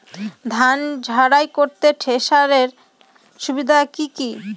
ধান ঝারাই করতে থেসারের সুবিধা কি কি?